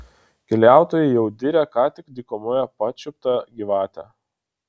keliautojai jau diria ką tik dykumoje pačiuptą gyvatę